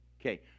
Okay